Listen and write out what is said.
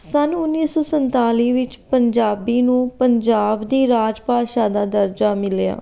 ਸੰਨ ਉੱਨੀ ਸੌ ਸੰਤਾਲੀ ਵਿੱਚ ਪੰਜਾਬੀ ਨੂੰ ਪੰਜਾਬ ਦੀ ਰਾਜ ਭਾਸ਼ਾ ਦਾ ਦਰਜਾ ਮਿਲਿਆ